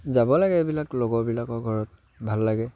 যাব লাগে এইবিলাক লগৰবিলাকৰ ঘৰত ভাল লাগে